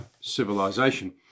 civilization